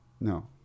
No